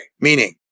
Meaning